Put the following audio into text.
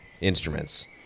instruments